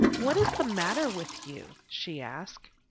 what is the matter with you? she asked.